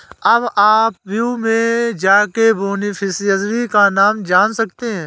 अब आप व्यू में जाके बेनिफिशियरी का नाम जान सकते है